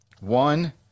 One